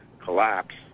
collapse